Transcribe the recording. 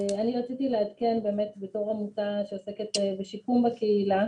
אני רציתי לעדכן באמת בתור עמותה שעוסקת בשיקום בקהילה